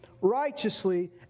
righteously